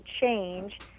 change